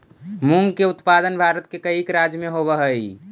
मूंग के उत्पादन भारत के कईक राज्य में होवऽ हइ